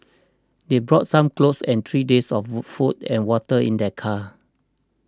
they brought some clothes and three days of food and water in their car